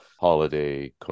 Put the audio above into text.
holiday